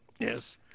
Yes